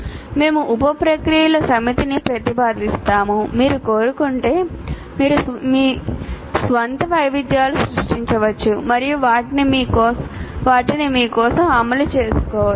మేము ఉప ప్రక్రియల సమితిని ప్రతిపాదిస్తాము మీరు కోరుకుంటే మీరు మీ స్వంత వైవిధ్యాలను సృష్టించవచ్చు మరియు వాటిని మీ కోసం అమలు చేయవచ్చు